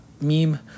meme